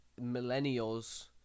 millennials